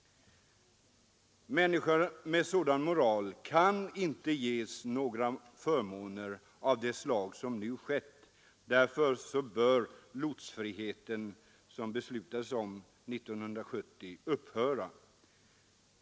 Människor med sådan moral kan inte ges några förmåner av det slag som nu har skett. Därför bör lotsfriheten, som riksdagen fattade beslut om 1970, upphöra.